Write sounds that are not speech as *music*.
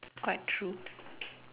quite true *noise*